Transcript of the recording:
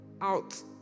out